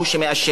יש שם ועדה,